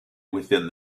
within